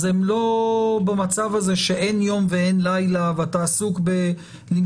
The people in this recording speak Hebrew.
אז הם לא במצב הזה שאין יום ואין לילה ואתה עסוק בלמשוך